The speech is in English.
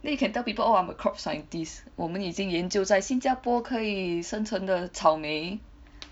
then you can tell people oh I'm a crop scientist 我们已经研究在新加坡可以生存的草莓